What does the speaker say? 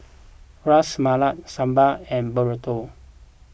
Ras Malai Sambar and Burrito